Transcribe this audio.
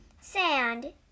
Sand